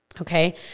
Okay